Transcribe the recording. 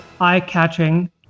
eye-catching